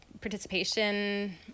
participation